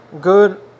good